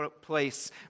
place